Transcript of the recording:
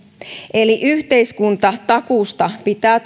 eli yhteiskuntatakuusta pitää